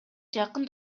жакын